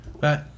Bye